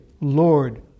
Lord